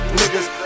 niggas